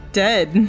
dead